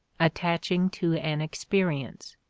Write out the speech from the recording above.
attaching to an experience.